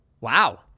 wow